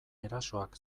erasoak